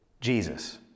Jesus